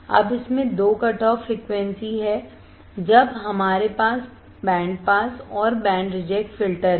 अब इसमें दो कटऑफ फ्रीक्वेंसी हैं जब हमारे पास बैंड पास और बैंड रिजेक्ट फिल्टर है